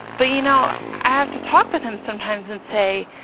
but, you know, i have to talk with him sometimes and say,